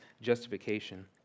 justification